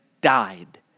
died